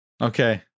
Okay